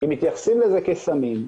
הם מתייחסים לזה כסמים.